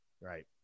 Right